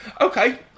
Okay